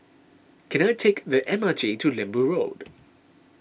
can I take the M R T to Lembu Road